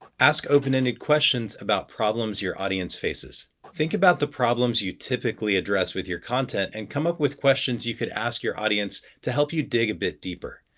ask open-ended questions about problems your audience faces. think about the problems you typically address with your content and come up with questions you could ask your audience to help you dig a bit deeper.